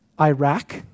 Iraq